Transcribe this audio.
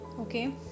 Okay